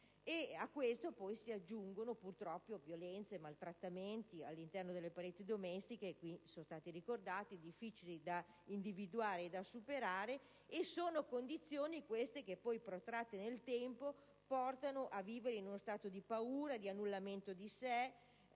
A ciò poi si aggiungono, purtroppo, i casi di violenze e maltrattamenti all'interno delle pareti domestiche che qui sono stati ricordati, difficili da individuare e superare. Sono condizioni che, protratte nel tempo, portano a vivere in uno stato di paura e di annullamento di sé,